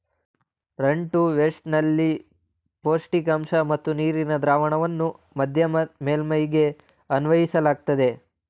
run to waste ನಲ್ಲಿ ಪೌಷ್ಟಿಕಾಂಶ ಮತ್ತು ನೀರಿನ ದ್ರಾವಣವನ್ನ ಮಧ್ಯಮ ಮೇಲ್ಮೈಗೆ ಅನ್ವಯಿಸಲಾಗ್ತದೆ